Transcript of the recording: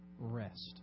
rest